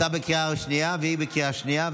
אתה בקריאה שנייה והיא בקריאה שנייה,